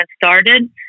started